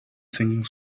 singing